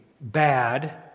bad